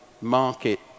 market